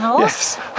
Yes